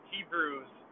Hebrews